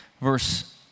verse